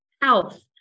health